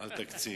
על תקציב.